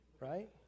right